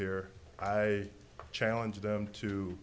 here i challenge them to